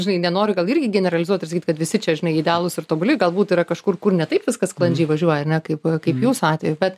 žinai nenoriu gal irgi generalizuot ir sakyt kad visi čia žinai idealūs ir tobuli galbūt yra kažkur kur ne taip viskas sklandžiai važiuoja ar ne kaip a kaip jūsų atveju bet